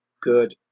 good